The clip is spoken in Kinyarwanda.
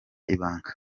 ibanga